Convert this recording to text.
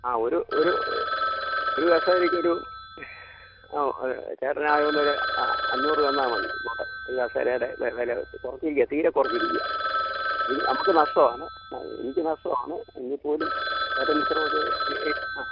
ആ ഒരു ഒരു ഒരു കസേരയൊക്കെയൊരു ചേട്ടനായതു കൊണ്ടൊരു അഞ്ഞൂറ് തന്നാൽ മതി പോകട്ടെ ഒരു കസേരയുടെ വില കുറച്ചിരിക്കാ തീരെ കുറച്ചിരിക്കാ ഇനി നമുക്ക് നഷ്ടമാണ് എനിക്ക് നഷ്ടമാണ് എങ്കിൽപ്പോലും ചേട്ടൻ ഇത്രയൊക്കെ ആ